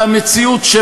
המציאות,